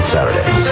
Saturdays